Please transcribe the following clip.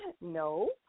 No